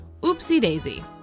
Oopsie-daisy